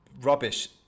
rubbish